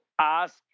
ask